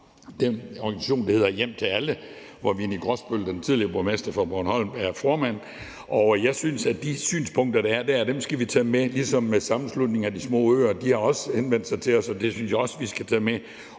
den organisation, der hedder Hjem til Alle, hvor Winni Grosbøll, den tidligere borgmester fra Bornholm, er formand, og jeg synes, at de synspunkter, der er der, skal vi tage med, ligesom vi skal det med Sammenslutningen af Danske Småøer, som også har henvendt sig til os, og vi skal prøve